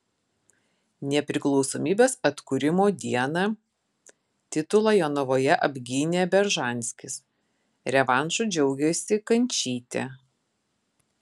nepriklausomybės atkūrimo dieną titulą jonavoje apgynė beržanskis revanšu džiaugėsi kančytė